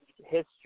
history